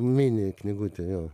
mini knygutę jo